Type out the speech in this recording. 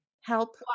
Help